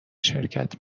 شرکت